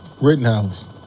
Rittenhouse